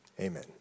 Amen